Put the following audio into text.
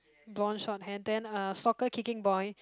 bronze short hair then uh soccer kicking boy